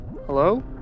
Hello